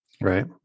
Right